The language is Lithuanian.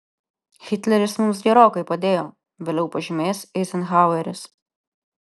hitleris mums gerokai padėjo vėliau pažymės eizenhaueris